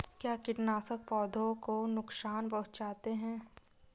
क्या कीटनाशक पौधों को नुकसान पहुँचाते हैं?